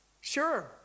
sure